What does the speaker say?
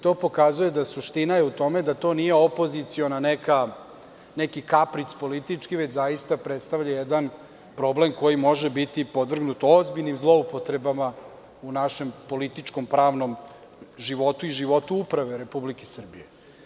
To pokazuje da je suština u tome da to nije neki opozicioni politički kapric, već zaista predstavlja jedan problem koji može biti podvrgnut ozbiljnim zloupotrebama u našem političkom pravnom životu i životu uprave Republike Srbije.